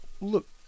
Look